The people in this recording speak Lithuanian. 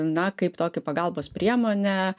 na kaip tokią pagalbos priemonę